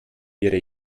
ihre